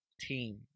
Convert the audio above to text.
team